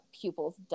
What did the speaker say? pupils